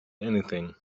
anything